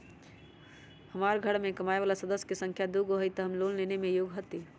हमार घर मैं कमाए वाला सदस्य की संख्या दुगो हाई त हम लोन लेने में योग्य हती?